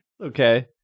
Okay